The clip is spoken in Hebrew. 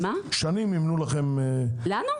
שנים מימנו לכם --- לנו?